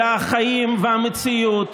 אלא החיים והמציאות